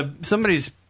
somebody's